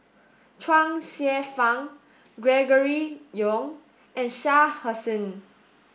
Chuang Hsueh Fang Gregory Yong and Shah Hussain